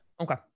Okay